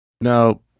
Now